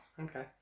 Okay